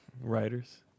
Writers